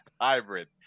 hybrid